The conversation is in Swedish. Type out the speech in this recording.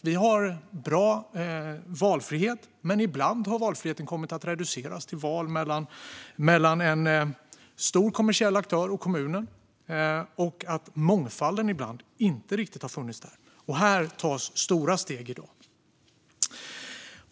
Vi har bra valfrihet, men ibland har valfriheten kommit att reduceras till val mellan en stor kommersiell aktör och kommunen. Mångfalden har ibland inte riktigt funnits där. Här tas stora steg i dag.